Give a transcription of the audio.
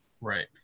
Right